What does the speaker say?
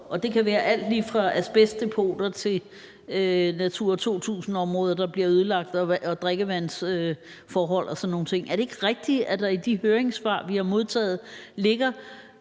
Det kan være alt lige fra asbestdepoter til Natura 2000-områder, der bliver ødelagt, og drikkevandsforhold og sådan nogle ting. Er det ikke rigtigt, at der i de høringssvar, vi har modtaget, ligger